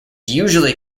usually